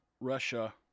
Russia